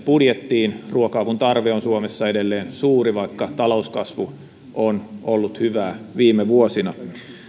budjettiin ruoka avun tarve on suomessa edelleen suuri vaikka talouskasvu on ollut hyvää viime vuosina